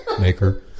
Maker